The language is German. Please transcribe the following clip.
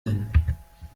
denn